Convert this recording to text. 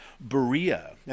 Berea